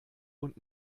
und